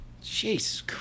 Jesus